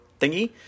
thingy